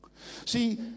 See